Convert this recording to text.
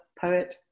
poet